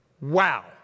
Wow